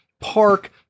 park